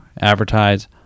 advertise